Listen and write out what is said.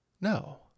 No